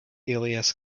elias